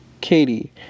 Katie